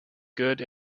good